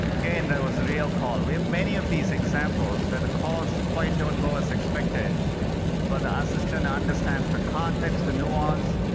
again, that was a real call. we have many of these examples, where the calls quite don't go as expected but the assistant understands the context, the nuance,